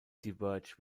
diverge